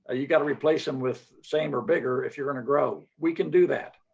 ah you got to replace them with same or bigger if you're going to grow. we can do that.